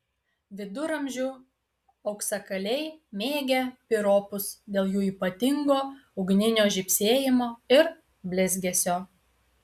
viduramžių auksakaliai mėgę piropus dėl jų ypatingo ugninio žybsėjimo ir blizgesio